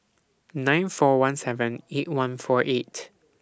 nine four one seven eight one four eight